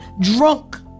drunk